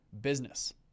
business